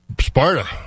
Sparta